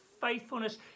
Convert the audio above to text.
faithfulness